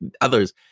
others